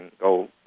go